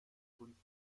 kunst